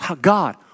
God